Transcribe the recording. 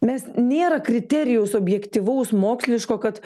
mes nėra kriterijaus objektyvaus moksliško kad